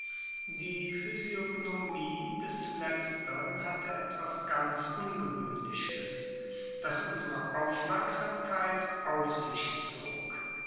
die physiognomie des letztern hatte etwas ganz ungewöhnliches das unsere aufmerksamkeit auf sich zog